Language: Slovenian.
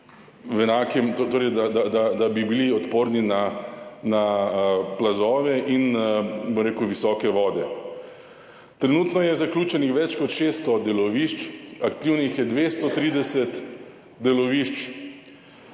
da bi bili odporni na plazove in visoke vode. Trenutno je zaključenih več kot 600 delovišč, aktivnih je 230 delovišč,